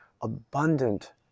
abundant